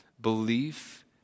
Belief